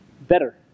better